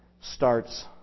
starts